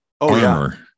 armor